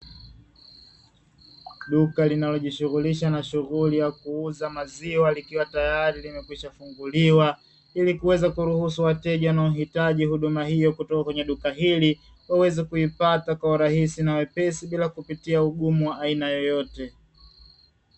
Duka linalo jishughulisha na shughuli ya kuuza maziwa likiwa tayari limekwisha funguliwa ili kuweza kuruhusu wateja wanaohitaji huduma hiyo kutoka kwenye duka hili, waweze kuipata kwa urahisi na wepesi bila kupitia ugumu wa aina yoyote.